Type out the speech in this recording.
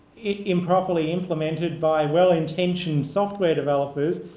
improperly implemented by well-intentioned software developers,